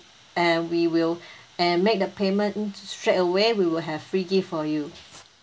and we will and make the payment straight away we will have free gift for you